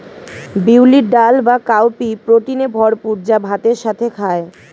বিউলির ডাল বা কাউপি প্রোটিনে ভরপুর যা ভাতের সাথে খায়